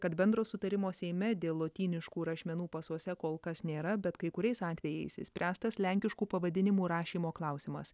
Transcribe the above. kad bendro sutarimo seime dėl lotyniškų rašmenų pasuose kol kas nėra bet kai kuriais atvejais išspręstas lenkiškų pavadinimų rašymo klausimas